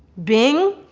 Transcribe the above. bing?